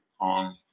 on